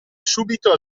subito